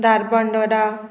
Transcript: Dharbandora